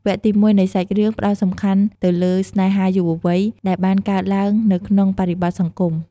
វគ្គទី១នៃសាច់រឿង ផ្តោតសំខាន់ទៅលើ ស្នេហាយុវវ័យ ដែលបានកើតឡើងនៅក្នុងបរិបទសង្គម។